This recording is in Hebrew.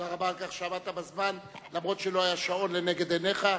תודה רבה על כך שעמדת בזמן אף-על-פי שלא היה שעון לנגד עיניך.